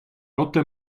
rotte